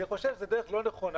אני חושב שזו דרך לא נכונה.